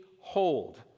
hold